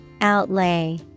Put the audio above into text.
Outlay